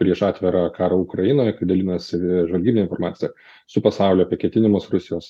prieš atvirą karą ukrainoje kai dalinosi žvalgybine informacija su pasauliu apie ketinimus rusijos